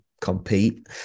compete